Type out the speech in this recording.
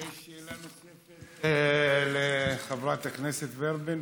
יש שאלה נוספת לחברת הכנסת ורבין?